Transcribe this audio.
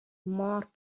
mort